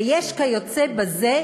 ויש "כיוצא בזה",